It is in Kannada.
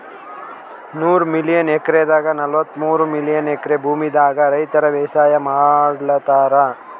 ನೂರ್ ಮಿಲಿಯನ್ ಎಕ್ರೆದಾಗ್ ನಲ್ವತ್ತಮೂರ್ ಮಿಲಿಯನ್ ಎಕ್ರೆ ಭೂಮಿದಾಗ್ ರೈತರ್ ಬೇಸಾಯ್ ಮಾಡ್ಲತಾರ್